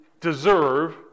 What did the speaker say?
deserve